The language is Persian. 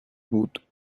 بود